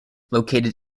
located